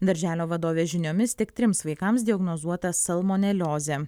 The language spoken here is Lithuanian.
darželio vadovės žiniomis tik trims vaikams diagnozuota salmoneliozė